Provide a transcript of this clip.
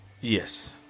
yes